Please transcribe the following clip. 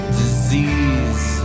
disease